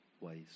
ways